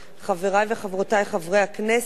חברי וחברותי חברי הכנסת,